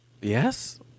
Yes